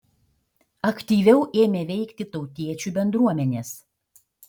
aktyviau ėmė veikti tautiečių bendruomenės